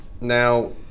Now